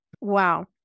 Wow